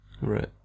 Right